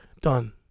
Done